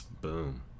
Boom